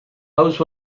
house